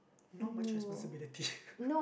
not much responsibility